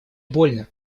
больно